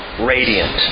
radiant